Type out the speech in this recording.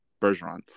Bergeron